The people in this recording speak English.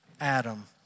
Adam